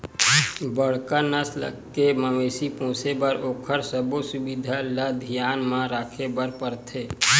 बड़का नसल के मवेशी पोसे बर ओखर सबो सुबिधा ल धियान म राखे बर परथे